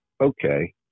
okay